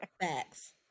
Facts